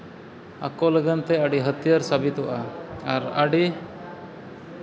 ᱟᱠᱚ ᱞᱟᱹᱜᱤᱫᱛᱮ ᱟᱹᱰᱤ ᱦᱟᱹᱛᱤᱭᱟᱹᱨ ᱥᱟᱹᱵᱤᱫᱚᱜᱼᱟ ᱟᱨ ᱟᱹᱰᱤ